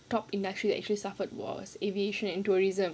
top industry actually suffered was aviation and tourism